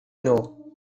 know